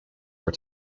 were